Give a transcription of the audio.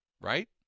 right